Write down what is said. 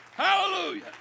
Hallelujah